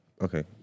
Okay